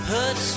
Hurt